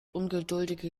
ungeduldige